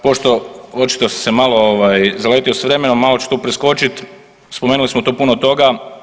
Pošto očito sam se malo zaletio s vremenom malo ću tu preskočit, spomenuli smo tu puno toga.